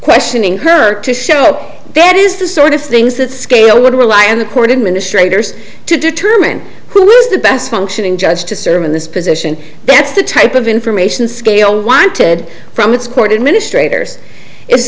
questioning her to show up that is the sort of things that scale would rely on the court administrators to determine who was the best functioning judge to serve in this position that's the type of information scale wanted from its court administr